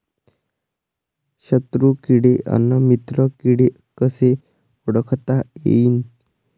शत्रु किडे अन मित्र किडे कसे ओळखता येईन?